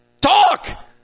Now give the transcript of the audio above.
Talk